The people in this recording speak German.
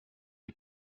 die